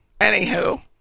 Anywho